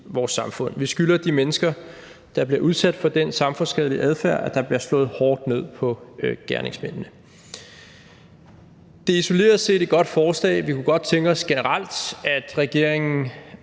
vores samfund. Vi skylder de mennesker, der bliver udsat for den samfundsskadelige adfærd, at der bliver slået hårdt ned på gerningsmændene. Det er isoleret set et godt forslag. Vi kunne godt tænke os, at regeringen